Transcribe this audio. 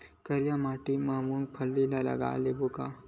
करिया माटी मा मूंग फल्ली लगय लेबों का?